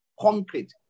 concrete